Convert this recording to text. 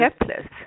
helpless